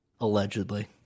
Allegedly